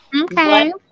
Okay